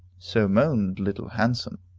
so moaned little handsome.